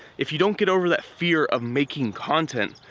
if you don't get over that fear of making content,